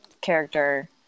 character